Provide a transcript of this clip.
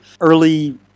early